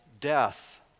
death